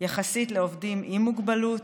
יחסית לעובדים עם מוגבלות.